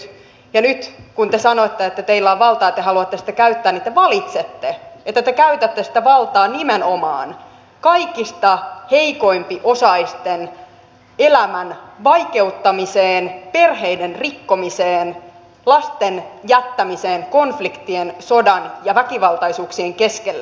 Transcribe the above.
nyt kun te sanoitte että teillä on valtaa ja te haluatte sitä käyttää niin te valitsette että te käytätte sitä valtaa nimenomaan kaikista heikko osaisimpien elämän vaikeuttamiseen perheiden rikkomiseen lasten jättämiseen konfliktien sodan ja väkivaltaisuuksien keskelle